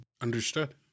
Understood